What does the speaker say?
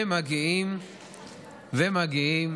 ומגיעים